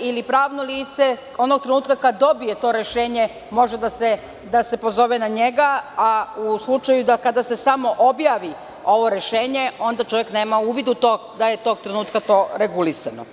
ili pravno lice onog trenutka kada dobije to rešenje može da se pozove na njega, a u slučaju kada se samo objavi ovo rešenje, onda čovek nema uvid u to da je tog trenutka to regulisano.